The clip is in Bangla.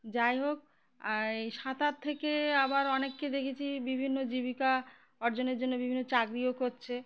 যাই হোক আর এই সাঁতার থেকে আবার অনেককে দেখেছি বিভিন্ন জীবিকা অর্জনের জন্য বিভিন্ন চাকরিও করছে